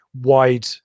wide